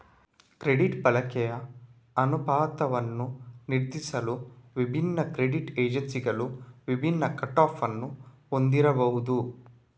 credit ಬಳಕೆಯ ಅನುಪಾತವನ್ನು ನಿರ್ಧರಿಸಲು ವಿಭಿನ್ನ ಕ್ರೆಡಿಟ್ ಏಜೆನ್ಸಿಗಳು ವಿಭಿನ್ನ ಕಟ್ ಆಫ್ ಅನ್ನು ಹೊಂದಿರಬಹುದು